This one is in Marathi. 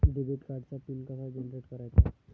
डेबिट कार्डचा पिन कसा जनरेट करायचा?